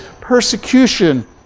persecution